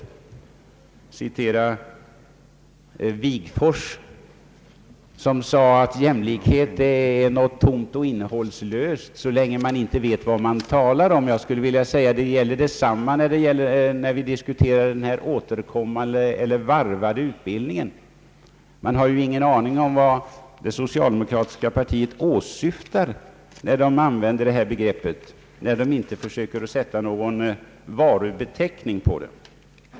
Jag hänvisar till Ernst Wigforss, som häromdagen i en intervju sade, att jämlikhet är något tomt och innehållslöst så länge man inte vet vad man talar om. Jag skulle vilja säga att detsamma gäller när vi här diskuterar »återkommande» eller varvad utbildning. Vi har ingen aning om vad det socialdemokratiska partiets företrädare åsyftar när de använder detta begrepp utan att sätta någon varubeteckning på det.